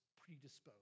predisposed